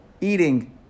eating